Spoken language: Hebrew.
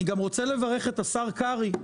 אני רוצה לברך את השר קרעי.